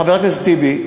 חבר הכנסת טיבי,